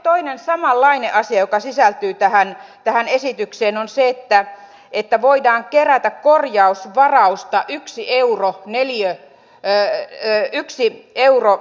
toinen samanlainen asia joka sisältyy tähän esitykseen on se että voidaan kerätä korjausvarausta yksi euro neliömetriä kohti